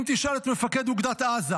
אם תשאל את מפקד אוגדת עזה